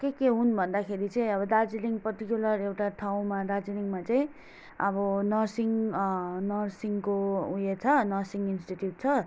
के के हुन् भन्दाखेरि चाहिँ अब दार्जिलिङ पर्टिकुलर एउटा ठाउँमा दार्जिलिङमा चाहिँ अब नर्सिङ नर्सिङको उयो छ नर्सिङ इन्स्टिट्युट छ